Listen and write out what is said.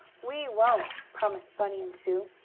we won't! promised bunny and sue.